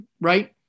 Right